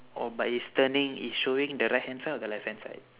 oh but it's turning is showing the right hand side or the left hand side